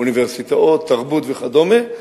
אוניברסיטאות, תרבות וכדומה,